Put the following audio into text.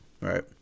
right